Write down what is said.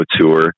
tour